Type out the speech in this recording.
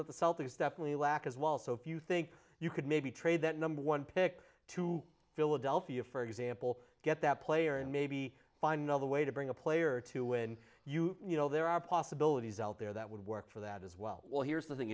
that the celtics definitely lack as well so if you think you could maybe trade that number one pick to philadelphia for example get that player and maybe find another way to bring a player to win you you know there are possibilities out there that would work for that as well well here's the thing